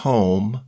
Home